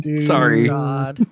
sorry